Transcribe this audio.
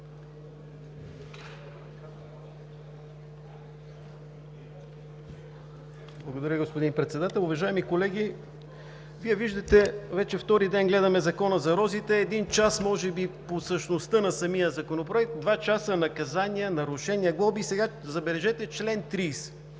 Благодаря, господин Председател. Уважаеми колеги, Вие виждате, вече втори ден гледаме Закона за маслодайната роза. Един час може би по същността на самия законопроект, два часа – наказания, нарушения, глоби. Забележете: „Чл. 30.